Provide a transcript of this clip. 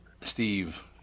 Steve